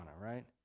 right